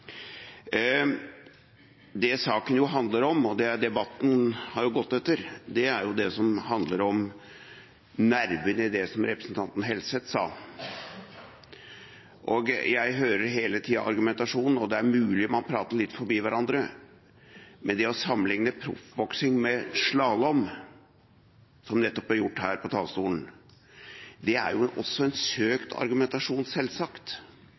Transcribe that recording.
Det saken jo handler om, og det debatten har gått på, er det som handler om nerven i det som representanten Helseth sa. Jeg hører hele tida argumentasjonen, og det er mulig man prater litt forbi hverandre, men det å sammenligne proffboksing med slalåm, som nettopp ble gjort her på talerstolen, er selvsagt også en